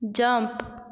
jump